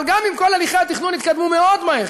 אבל אם כל הליכי התכנון יתקדמו מאוד מהר,